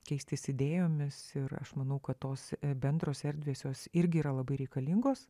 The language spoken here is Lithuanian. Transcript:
keistis idėjomis ir aš manau kad tos bendros erdvės jos irgi yra labai reikalingos